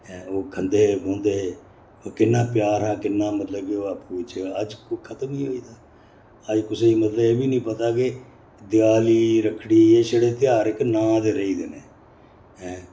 ऐं ओह् खंदे हे बौंह्दे हे ओह् किन्ना प्यार हा किन्ना मतलब कि ओह् आपें बिच्चें अज्ज खतम ई होई गेदा अज्ज कुसै गी मतलब कि एह् बी नी पता के देयाली रक्खड़ी एह् छड़े त्यहार एक्क नांऽ दे रेही गेदे न ऐं